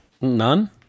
None